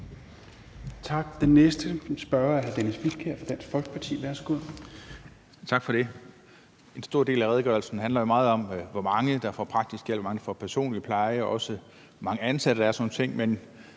Tak. Den næste spørger er hr. Dennis Flydtkjær fra Dansk Folkeparti. Værsgo. Kl. 10:33 Dennis Flydtkjær (DF): Tak for det. En stor del af redegørelsen handler meget om, hvor mange der får praktisk hjælp, hvor mange der får personlig pleje, og hvor mange ansatte der er og sådan nogle ting,